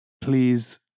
Please